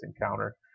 encounter